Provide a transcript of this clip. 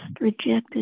rejected